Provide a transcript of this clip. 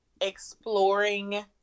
exploring